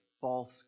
false